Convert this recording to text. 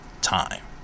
time